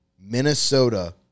Minnesota